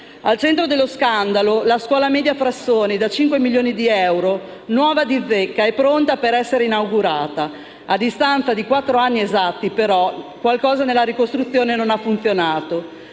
Al centro dello scandalo la scuola media «Frassoni», da cinque milioni di euro, nuova di zecca e pronta per essere inaugurata. A distanza di quattro anni esatti, però, qualcosa nella ricostruzione non ha funzionato.